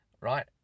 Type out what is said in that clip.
right